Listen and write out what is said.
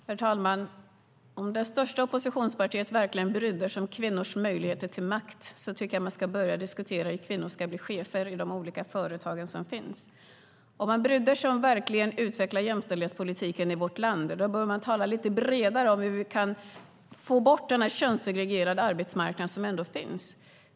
Herr talman! Om det största oppositionspartiet verkligen bryr sig om kvinnors möjligheter att få makt tycker jag att man ska börja diskutera hur kvinnor ska bli chefer i de olika företag som finns. Om man verkligen bryr sig om att utveckla jämställdhetspolitiken i vårt land bör man tala lite bredare om hur vi kan få bort den könssegregerade arbetsmarknad som finns.